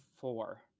four